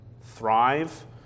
thrive